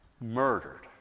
murdered